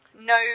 no